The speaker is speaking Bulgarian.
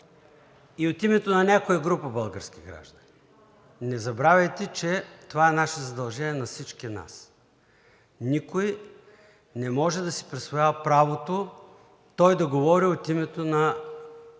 и от името на някоя група български граждани. Не забравяйте, че това е задължение на всички нас. Никой не може да си присвоява правото да говори от името на